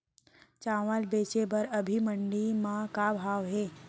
चांवल बेचे बर अभी मंडी म का भाव हे?